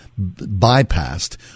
bypassed